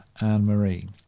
Anne-Marie